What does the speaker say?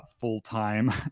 full-time